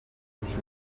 nyinshi